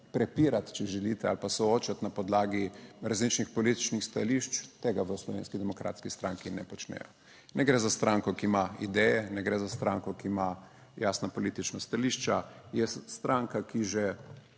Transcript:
prepirati, če želite ali pa soočiti na podlagi različnih političnih stališč tega v Slovenski demokratski stranki ne **9. TRAK: (NB) – 9.40** (Nadaljevanje) počnejo. Ne gre za stranko, ki ima ideje, ne gre za stranko, ki ima jasna politična stališča, je stranka, ki že